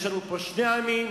יש לנו כאן שני עמים,